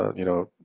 you know,